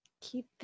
Keep